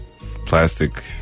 plastic